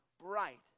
bright